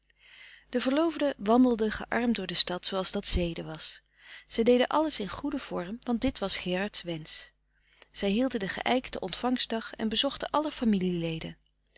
de verloofden wandelden gearmd door de stad zooals dat zede was zij deden alles in goeden vorm want dit was gerards wensch zij hielden den geijkten ontvangstdag en bezochten alle familieleden